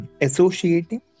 associating